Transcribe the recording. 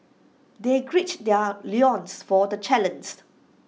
they gird their loins for the challenged